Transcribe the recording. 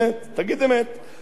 חבר הכנסת ברוורמן,